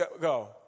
go